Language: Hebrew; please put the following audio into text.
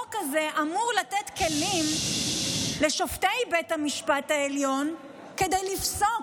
החוק הזה אמור לתת לשופטי בית המשפט העליון כלים כדי לפסוק.